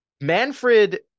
Manfred